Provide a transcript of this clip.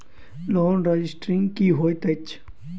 Loan restructuring की होइत अछि?